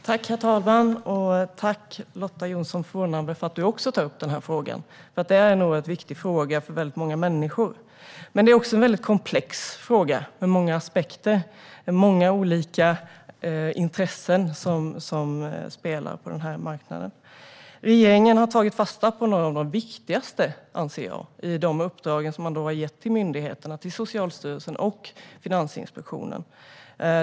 Herr talman! Tack, Lotta Johnsson Fornarve, för att du också tar upp denna fråga. Den är oerhört viktig för många människor, men det är också en väldigt komplex fråga med många aspekter och många olika intressen som spelar på marknaden. Jag anser att regeringen har tagit fasta på några av de viktigaste av dessa i de uppdrag som man har gett till myndigheterna, Socialstyrelsen och Finansinspektionen.